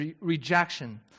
rejection